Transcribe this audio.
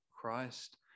Christ